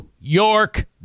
york